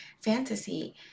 fantasy